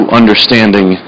understanding